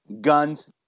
guns